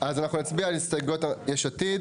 אז אנחנו נצביע על ההסתייגות של יש עתיד.